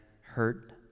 hurt